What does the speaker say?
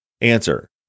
Answer